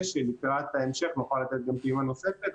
שלקראת ההמשך נוכל לתת גם פעימה נוספת,